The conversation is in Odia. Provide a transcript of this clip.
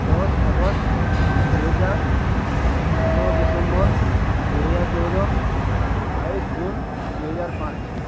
ଦଶ ଅଗଷ୍ଟ ଦୁଇ ହଜାର ପନ୍ଦର ଡିସେମ୍ବର ଦୁଇ ହଜାର ଚଉଦ ବାଇଶ ଜୁନ୍ ଦୁଇ ହଜାର ପାଞ୍ଚ